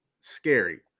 Scary